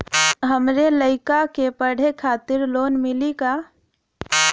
हमरे लयिका के पढ़े खातिर लोन मिलि का?